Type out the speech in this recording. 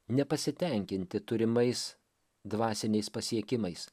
nepasitenkinti turimais dvasiniais pasiekimais